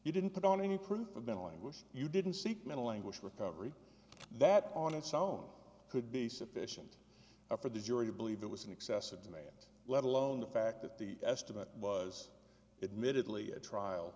you didn't put on any proof of mentally wish you didn't seek mental anguish recovery that on its own could be sufficient for the jury to believe it was an excessive demand let alone the fact that the estimate was it minutely a trial